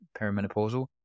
perimenopausal